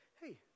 hey